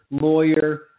lawyer